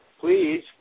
Please